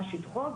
מה שטחו,